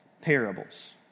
parables